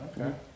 okay